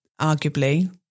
arguably